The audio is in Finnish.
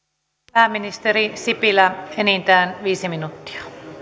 pääministeri sipilä enintään viisi minuuttia